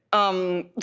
um,